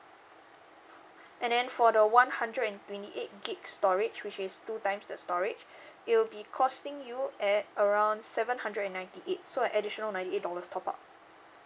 and then for the one hundred and twenty eight gig storage which is two times the storage it will be costing you at around seven hundred and ninety eight so an additional ninety eight dollars top up